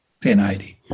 1080